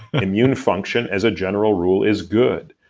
immune function, as a general rule, is good.